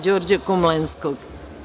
Đorđa Komlenskog.